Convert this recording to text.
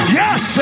yes